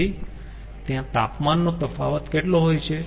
તેથી ત્યાં તાપમાનનો તફાવત કેટલો હોય છે